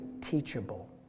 teachable